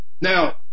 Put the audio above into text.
now